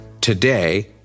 today